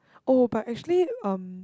oh but actually um